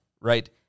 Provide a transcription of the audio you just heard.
right